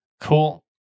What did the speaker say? Cool